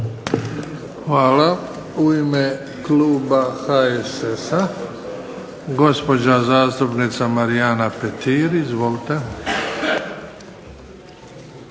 Hvala. U ime kluba HSS-a, gospođa zastupnica Marijana Petir. Izvolite.